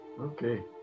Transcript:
Okay